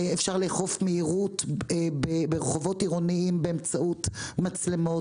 אפשר לאכוף מהירות ברחובות עירוניים באמצעות מצלמות,